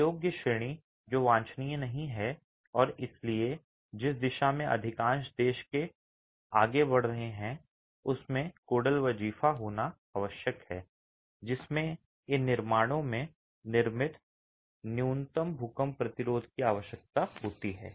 अयोग्य श्रेणी जो वांछनीय नहीं है और इसलिए जिस दिशा में अधिकांश देश आगे बढ़ रहे हैं उसमें कोडल वजीफा होना आवश्यक है जिसमें इन निर्माणों में निर्मित न्यूनतम भूकंप प्रतिरोध की आवश्यकता होती है